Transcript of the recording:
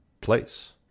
place